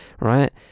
right